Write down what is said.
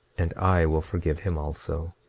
and i will forgive him also.